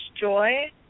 joy